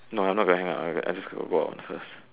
no I'm not going to hang up I I'm just going to go out first